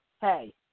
Hey